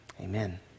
Amen